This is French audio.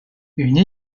une